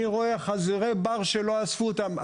אני רואה חזירי בר שלא אספו אותם.